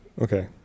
Okay